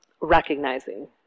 recognizing